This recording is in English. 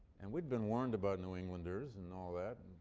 and we'd been warned about new englanders and all that.